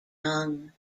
young